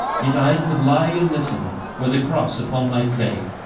yet i could lie and listen with a cross upon my clay,